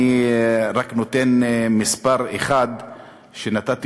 אני רק נותן מספר אחד שנתתי